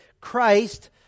Christ